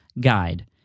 guide